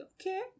okay